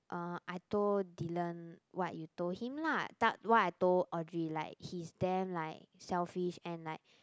uh I told Dylan what you told him lah tell what I told Audrey like he is damn like selfish and like